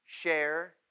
share